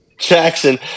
Jackson